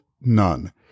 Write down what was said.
none